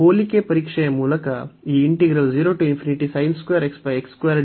ಹೋಲಿಕೆ ಪರೀಕ್ಷೆಯ ಮೂಲಕ ಈ ಸಹ ಒಮ್ಮುಖವಾಗಲಿದೆ ಎಂದು ನಮಗೆ ತಿಳಿದಿದೆ